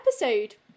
episode